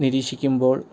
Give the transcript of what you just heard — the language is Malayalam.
നിരീക്ഷിക്കുമ്പോൾ